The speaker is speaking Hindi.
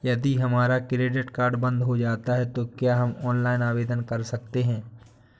यदि हमारा क्रेडिट कार्ड बंद हो जाता है तो क्या हम ऑनलाइन आवेदन कर सकते हैं?